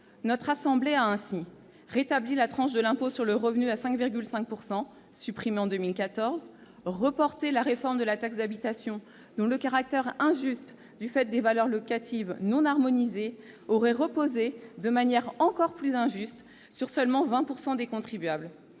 Notre assemblée a ainsi rétabli la tranche de l'impôt sur le revenu à 5,5 %, supprimée en 2014, reporté la réforme de la taxe d'habitation, dont le caractère injuste du fait des valeurs locatives non harmonisées aurait reposé, de manière encore plus injuste, sur seulement 20 % des contribuables,